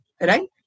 Right